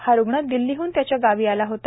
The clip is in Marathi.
हा रुग्ण दिल्लीहन त्याच्या गावी आला होता